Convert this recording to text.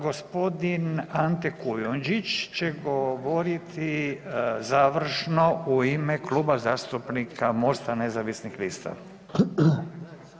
G. Ante Kujundžić će govoriti završno u ime Kluba zastupnika Mosta nezavisnih lista.